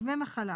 דמי מחלה.